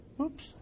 Oops